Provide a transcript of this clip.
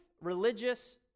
religious